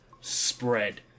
spread